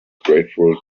grateful